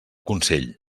consell